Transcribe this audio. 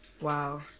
wow